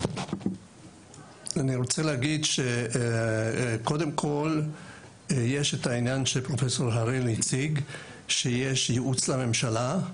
אני רוצה להגיד שיש את העניין שפרופסור הראל הציג ויש ייעוץ לממשלה.